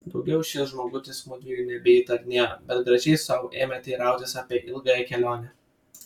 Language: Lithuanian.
daugiau šis žmogutis mudviejų nebeįtarinėjo bet gražiai sau ėmė teirautis apie ilgąją kelionę